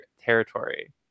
territory